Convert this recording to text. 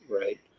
right